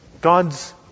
God's